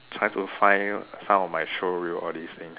try to find some of my showreel all these things